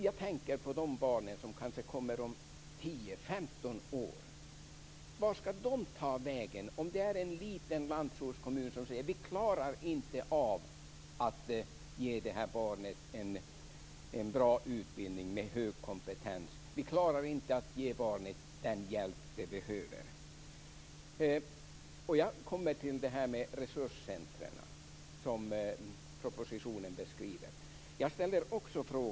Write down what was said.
Jag tänker på de barn som kanske kommer om 10-15 år. Vart ska de ta vägen om de bor i en liten landsortskommun som säger att den inte klarar av att ge det här barnet en bra utbildning med hög kompetens? De klarar inte att ge barnet det hjälp det behöver. Jag kommer så till de resurscentrum som beskrivs i propositionen. Det talas där om "viss tid".